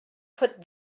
put